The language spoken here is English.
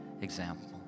example